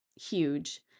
huge